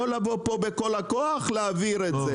לא לבוא פה בכל הכוח להעביר את זה.